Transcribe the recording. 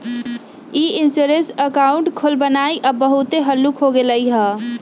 ई insurance account खोलबनाइ अब बहुते हल्लुक हो गेलइ ह